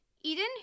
Eden